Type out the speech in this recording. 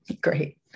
Great